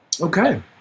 Okay